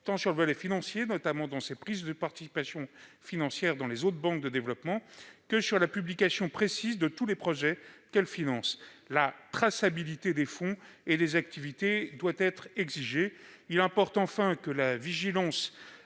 tant sur le volet financier, notamment dans ses prises de participation financière dans les autres banques de développement, qu'en matière de publication précise de tous les projets qu'elle finance. La traçabilité des fonds et des activités doit être exigée. Il importe enfin qu'une vigilance